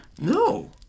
No